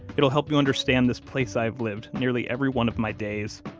it'll help you understand this place i've lived nearly every one of my days.